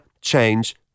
change